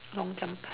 lom-chiam-pas